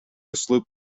sloop